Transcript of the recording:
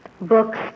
Books